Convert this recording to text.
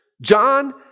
John